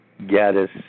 Gaddis